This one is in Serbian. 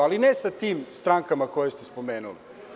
Ali, ne sa tim strankama koje ste spomenuli.